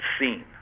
seen